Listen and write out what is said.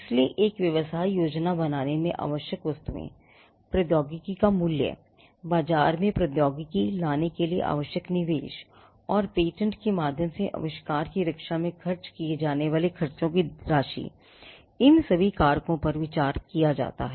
इसलिए एक व्यवसाय योजना बनाने में आवश्यक वस्तुएँ प्रौद्योगिकी का मूल्य बाजार में प्रौद्योगिकी लाने के लिए आवश्यक निवेश और पेटेंट के माध्यम से आविष्कार की रक्षा में खर्च किए जाने वाले खर्चों की राशि इन सभी कारकों पर विचार किया जाता है